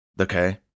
Okay